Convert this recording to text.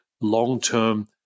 long-term